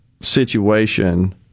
situation